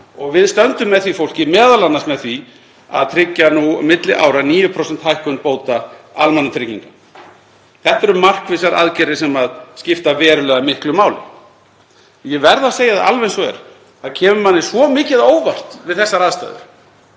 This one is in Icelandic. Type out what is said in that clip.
og við stöndum með því fólki, m.a. með því að tryggja nú milli ára 9% hækkun bóta almannatrygginga. Þetta eru markvissar aðgerðir sem skipta verulega miklu máli. Ég verð að segja alveg eins og er að það kemur manni svo mikið á óvart við þessar aðstæður,